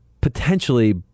potentially